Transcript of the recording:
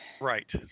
Right